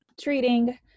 treating